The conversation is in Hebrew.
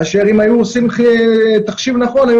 כאשר אם היו עושים תחשיב נכון היו